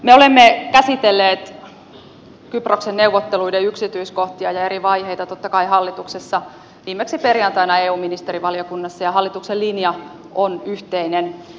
me olemme käsitelleet kyproksen neuvotteluiden yksityiskohtia ja eri vaiheita totta kai hallituksessa viimeksi perjantaina eu ministerivaliokunnassa ja hallituksen linja on yhteinen